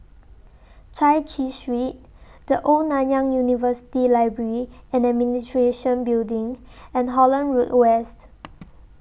Chai Chee Street The Old Nanyang University Library and Administration Building and Holland Road West